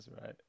right